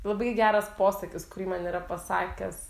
labai geras posakis kurį man yra pasakęs